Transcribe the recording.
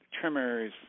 trimmers